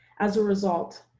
as a result,